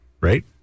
right